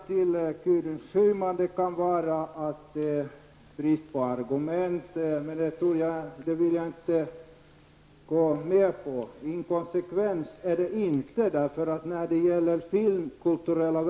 Till Gudrun Schyman vill jag säga att vi inte lider någon brist på argument och inte heller är inkonsekventa i vår satsning på den filmkulturella.